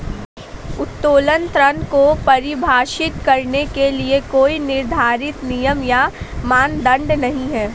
उत्तोलन ऋण को परिभाषित करने के लिए कोई निर्धारित नियम या मानदंड नहीं है